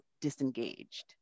disengaged